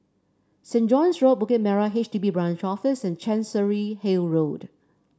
Saint John's Road Bukit Merah H D B Branch Office and Chancery Hill Road